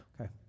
Okay